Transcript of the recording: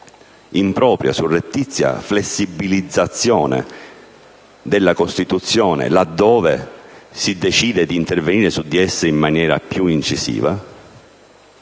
un'impropria e surrettizia flessibilizzazione della Costituzione, laddove si decide di intervenire su di essa in maniera più incisiva,